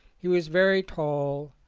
he was very tall,